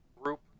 group